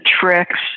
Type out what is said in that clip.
tricks